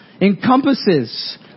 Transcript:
encompasses